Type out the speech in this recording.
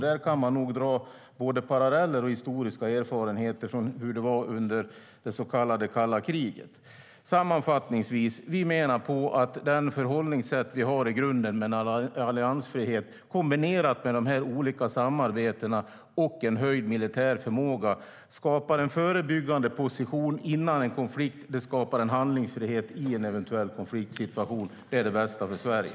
Där finns paralleller från och historiska erfarenheter av hur det var under det så kallade kalla kriget. Regeringen menar att det grundläggande förhållningssättet med alliansfrihet, kombinerat med de olika samarbetena och en ökad militär förmåga, skapar en förebyggande position innan en konflikt uppstår, och förhållningssättet skapar en handlingsfrihet i en eventuell konfliktsituation. Det är det bästa för Sverige.